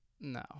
No